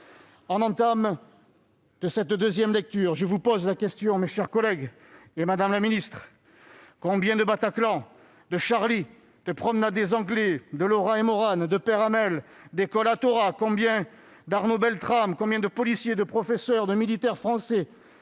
En entame de cette nouvelle lecture, je vous pose la question, mes chers collègues, madame la ministre, combien de Bataclan, de Charlie Hebdo, de promenade des Anglais, de Laura et Mauranne, de père Hamel, d'écoles Ozar Hatorah ? Combien d'Arnaud Beltrame ? Combien de policiers, de professeurs, de militaires français